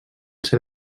ser